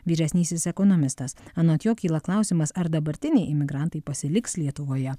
vyresnysis ekonomistas anot jo kyla klausimas ar dabartiniai imigrantai pasiliks lietuvoje